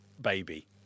baby